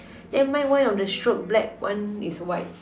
then mine one of the stroke black one is white